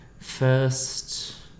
first